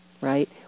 right